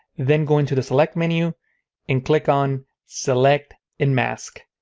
then go into the select menu and click on select and mask.